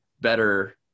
better